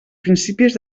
principis